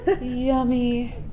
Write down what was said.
yummy